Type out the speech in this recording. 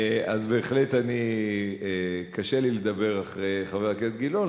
בהחלט קשה לי לדבר אחרי חבר הכנסת גילאון,